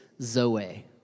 zoe